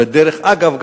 ודרך אגב,